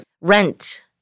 rent